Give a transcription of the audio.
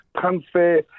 Transfer